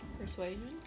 Persuasion